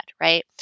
Right